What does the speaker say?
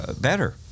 better